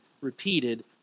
repeated